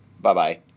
Bye-bye